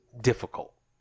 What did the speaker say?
difficult